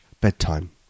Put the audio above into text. bedtime